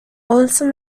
also